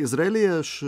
izraelyje aš